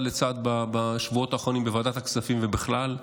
לצד בשבועות האחרונים בוועדת הכספים ובכלל.